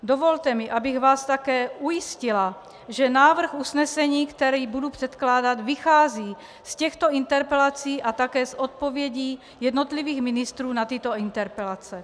Dovolte mi, abych vás také ujistila, že návrh usnesení, který budu předkládat, vychází z těchto interpelací a také z odpovědí jednotlivých ministrů na tyto interpelace.